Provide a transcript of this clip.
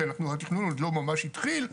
כי התכנון עוד לא ממש התחיל,